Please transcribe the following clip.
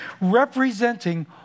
representing